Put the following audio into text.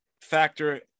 factor